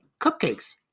Cupcakes